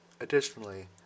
Additionally